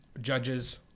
Judges